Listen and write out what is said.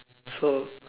so